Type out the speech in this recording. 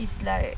it's like